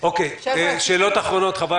שאלות נוספות?